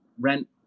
rent